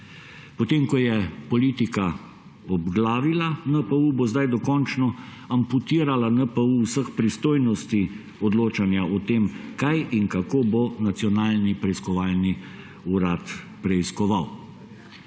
Potem, ko je politika obglavila NPU, bo sedaj dokončno amputirala NPU vseh pristojnosti odločanja o tem, kaj in kako bo Nacionalni preiskovalni urad preiskoval.